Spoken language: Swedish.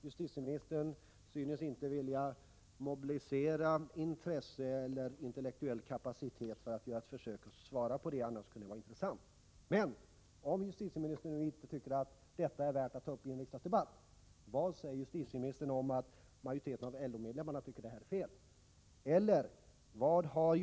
Justitieministern synes inte vilja mobilisera vare sig intresse eller intellektuell kapacitet för att göra ett försök att svara på den frågan — det kunde ha varit intressant att höra vad justitieministern hade att säga. Men om justitieministern nu inte tycker att detta är värt att ta upp i en riksdagsdebatt, vad säger justitieministern om att majoriteten av LO-medlemmarna tycker det är fel att ha kollektivanslutning?